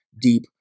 deep